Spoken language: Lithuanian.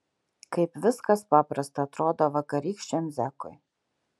kaip viskas paprasta atrodo vakarykščiam zekui